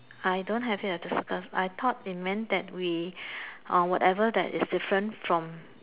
I don't have it as this uh I thought it meant that we uh whatever that is different from